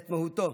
את מהותו,